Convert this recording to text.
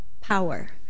power